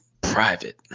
private